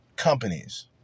Companies